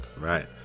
right